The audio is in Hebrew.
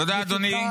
תודה, אדוני.